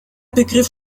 begriff